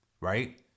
right